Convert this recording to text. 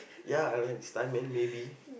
ya I will like stunt man maybe